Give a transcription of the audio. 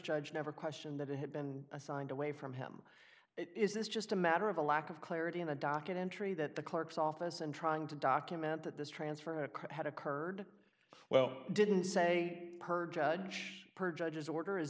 judge never questioned that it had been assigned away from him is this just a matter of a lack of clarity in a documentary that the clerk's office and trying to document that this transfer had occurred well didn't say per judge per judge's order is